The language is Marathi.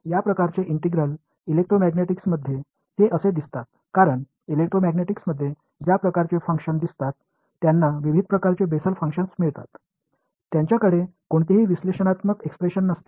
या प्रकारचे इंटिग्रल इलेक्ट्रोमॅग्नेटिक्समध्ये ते असे दिसतात कारण इलेक्ट्रोमॅग्नेटिक्समध्ये ज्या प्रकारचे फंक्शन्स दिसतात त्यांना विविध प्रकारचे बेसल फंक्शन्स मिळतात त्यांच्याकडे कोणतेही विश्लेषणात्मक एक्सप्रेशन नसते